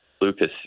Lucas